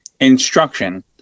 instruction